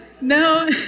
No